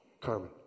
Carmen